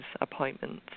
appointments